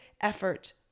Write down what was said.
effort